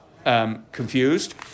Confused